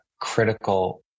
critical